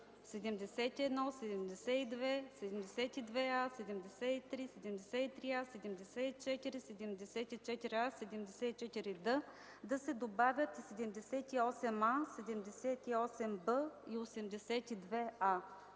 71, 72, 72а, 73, 73а, 74, 74а, 74д да се добавят и 78а, 78б и 82а,